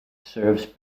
serves